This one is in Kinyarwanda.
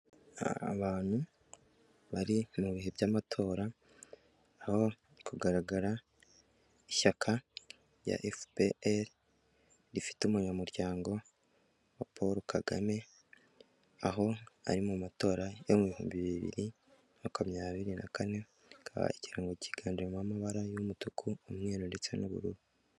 Abantu bari mu bihe by'amatora aho kugaragara ishyaka ryaFPR rifite umunyamuryango wa Paul Kagame aho ari mu matora yo mu bihumbi bibiri makumyabiri na kane, ikirango cyiganjemo amabara y'umutuku, umweru ndetse n'ubururu.